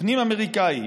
הפנים-אמריקאי,